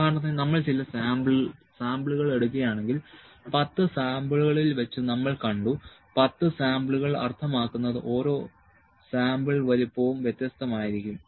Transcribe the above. ഉദാഹരണത്തിന് നമ്മൾ ചില സാമ്പിളുകൾ എടുക്കുകയാണെങ്കിൽ 10 സാമ്പിളുകളിൽ വെച്ച് നമ്മൾ കണ്ടു 10 സാമ്പിളുകൾ അർത്ഥമാക്കുന്നത് ഓരോ സാമ്പിൾ വലുപ്പവും വ്യത്യസ്തമായിരിക്കും